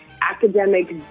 academic